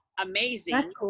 amazing